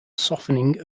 softening